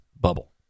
bubble